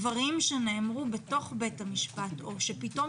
דברים שנאמרו בתוך בית המשפט או שפתאום